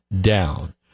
down